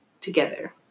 together